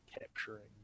capturing